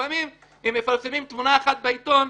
ולפעמים מפרסמים תמונה אחת בעיתון,